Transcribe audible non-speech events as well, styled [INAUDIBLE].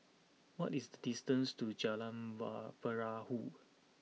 what is the distance to Jalan [UNINTELLIGIBLE] Perahu